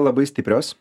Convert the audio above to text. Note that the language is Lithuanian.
labai stiprios